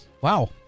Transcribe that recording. Wow